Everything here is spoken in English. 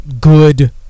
good